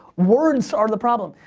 words are the problem.